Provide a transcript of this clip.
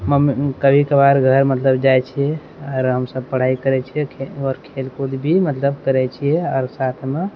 कभी कभार मतलब घर जाइ छिए आरामसँ पढाइ करै छी आओर खेलकूद भी करै छी साथमे